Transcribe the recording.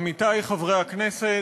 עמיתי חברי הכנסת,